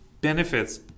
benefits